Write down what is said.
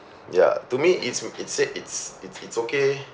ya to me it's s~ it's sa~ it's it's okay